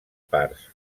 parts